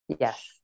Yes